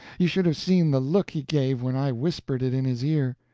you should seen the look he gave when i whispered it in his ear.